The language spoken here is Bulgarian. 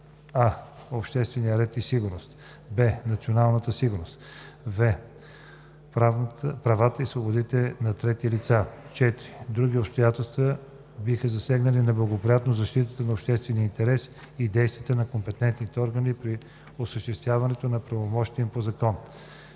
а) обществения ред и сигурност; б) националната сигурност; в) правата и свободите на трети лица; 4. други обстоятелства биха засегнали неблагоприятно защитата на обществения интерес и действията на компетентните органи при осъществяването на правомощията им по закон.